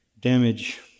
damage